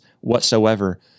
whatsoever